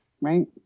right